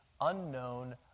unknown